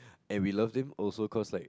and we love him also cause like